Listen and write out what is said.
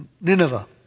Nineveh